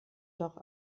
doch